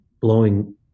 blowing